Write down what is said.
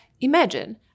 imagine